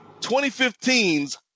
2015's